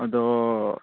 ꯑꯗꯣ